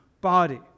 body